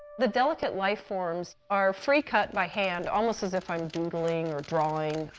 the delicate life-forms are free-cut by hand almost as if i'm doodling or drawing.